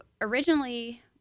originally